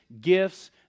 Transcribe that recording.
gifts